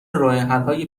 راهحلهای